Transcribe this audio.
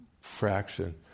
fraction